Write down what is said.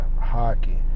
hockey